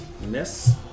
miss